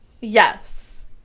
Yes